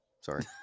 Sorry